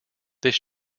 this